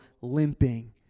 limping